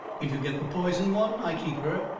if you get the poison one, i keep her.